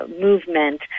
movement